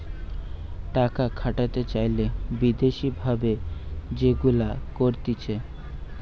টাকা খাটাতে চাইলে বিদেশি ভাবে যেগুলা করতিছে